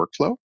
workflow